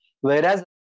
whereas